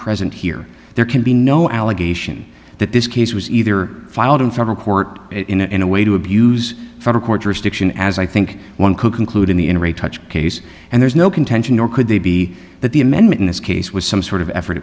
present here there can be no allegation that this case was either filed in federal court in a way to abuse from a court restriction as i think one could conclude in the in re touch case and there's no contention nor could they be that the amendment in this case was some sort of effort